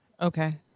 Okay